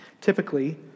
Typically